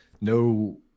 no